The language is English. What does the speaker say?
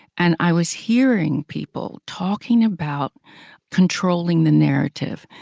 and i was hearing people talking about controlling the narrative.